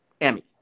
Emmy